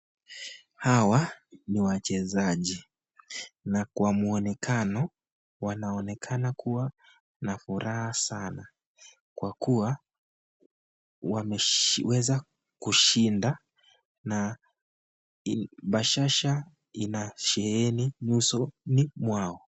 Hawa ni wachezaji. Na kwa muonekano, wanonekana kua na furaha sanaa, kwa kua wameweza kushinda na bashasha ina sheheni nyusoni mwao.